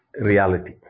reality